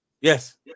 yes